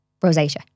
rosacea